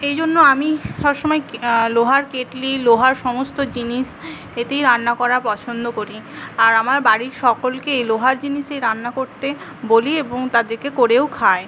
এইজন্য আমি সবসময় লোহার কেটলি লোহার সমস্ত জিনিস এতেই রান্না করা পছন্দ করি আর আমার বাড়ির সকলকেই লোহার জিনিসে রান্না করতে বলি এবং তাদেরকে করেও খায়